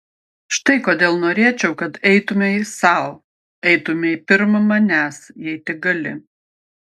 štai kodėl norėčiau kad eitumei sau eitumei pirm manęs jei tik gali